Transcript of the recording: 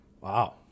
Wow